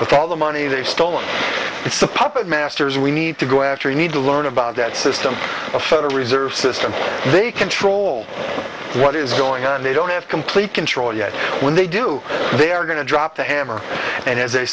with all the money they stole and it's a puppet masters and we need to go after we need to learn about that system a federal reserve system they control what is going on they don't have complete control yet when they do they are going to drop the hammer and as they